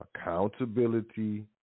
Accountability